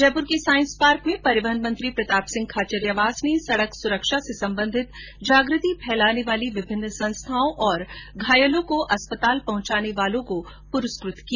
जयपुर के science park में परिवहन मंत्री प्रताप सिंह खाचरियावास ने सड़क सुरक्षा से संबंधित जागृति फैलाने वाली विभिन्न संस्थाओं और घायलों को अस्पताल ले जाने वालों को भी पुरस्कृत किया